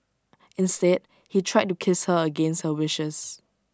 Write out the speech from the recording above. instead he tried to kiss her against her wishes